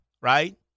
right